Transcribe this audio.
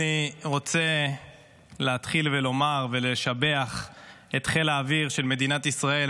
אני רוצה להתחיל ולומר ולשבח את חיל האוויר של מדינת ישראל,